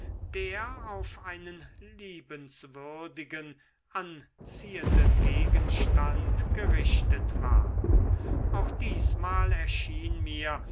der auf einen liebenswürdigen anziehenden gegenstand gerichtet war auch diesmal erschien mir